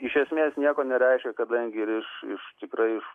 iš esmės nieko nereiškia kadangi ir iš iš tikrai iš